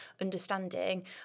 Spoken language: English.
understanding